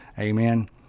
Amen